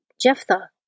Jephthah